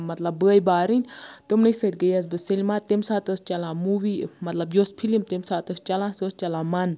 مَطلَب بٲے بارٕنۍ تِمنٕے سۭتۍ گٔیَس بہٕ سینما تمہِ ساتہٕ ٲس چَلان موٗوِی مَطلَب یوٚس فِلم تمہِ ساتہٕ ٲس چَلان سۄ ٲسۍ چَلان مَن